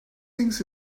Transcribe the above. things